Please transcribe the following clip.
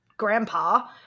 grandpa